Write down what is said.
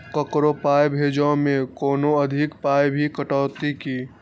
ककरो पाय भेजै मे कोनो अधिक पाय भी कटतै की?